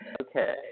Okay